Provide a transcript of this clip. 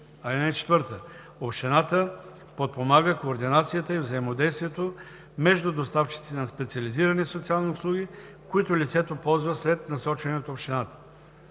от дирекцията. (4) Общината подпомага координацията и взаимодействието между доставчиците на специализирани социални услуги, които лицето ползва след насочване от общината.“